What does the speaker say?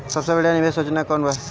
सबसे बढ़िया निवेश योजना कौन बा?